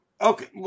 Okay